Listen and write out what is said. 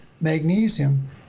magnesium